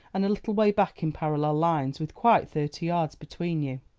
and a little way back in parallel lines, with quite thirty yards between you.